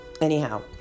Anyhow